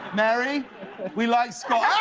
mary we like scott?